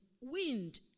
wind